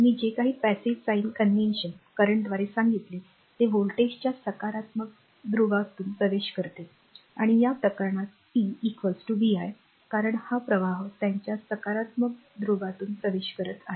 मी जे काही passive sign conventionनिष्क्रिय साइन कन्व्हेन्शन करंटद्वारे सांगितले ते व्होल्टेजच्या सकारात्मक ध्रुव्यातून प्रवेश करते आणि या प्रकरणात पी vi कारण हा प्रवाह त्यांच्या सकारात्मक ध्रुव्यातून प्रवेश करत आहे